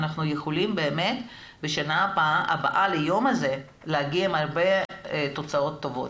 אנחנו יכולים באמת בשנה הבאה ליום הזה להגיע עם הרבה תוצאות טובות.